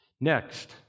Next